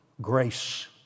grace